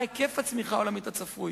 מה היקף הצמיחה העולמית הצפוי?